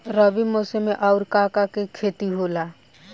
रबी मौसम में आऊर का का के खेती होला?